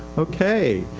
okay.